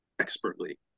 expertly